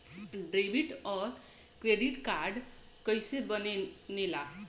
Debit और credit card कईसे बने ने ला?